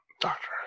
Doctor